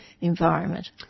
environment